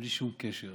בלי שום קשר.